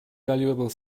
valuable